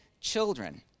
children